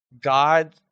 God